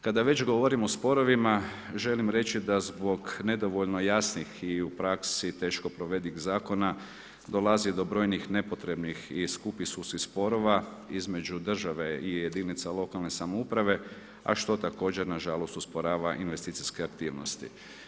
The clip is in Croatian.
Kada već govorimo o sporovima, želim reći da zbog nedovoljno jasnih i u praksi teško provedivih zakona, dolazi do brojnih nepotrebnih i skupih sudskih sporova između države i jedinica lokalne samouprave a što također nažalost usporava investicijske aktivnosti.